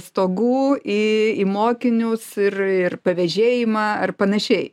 stogų į mokinius ir ir pavėžėjimą ar panašiai